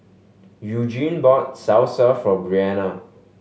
Eugene bought Salsa for Brianna